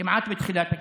כמעט בתחילת הקדנציה,